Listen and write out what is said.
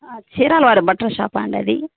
చీరానారా బట్టల షాపాా అండి అది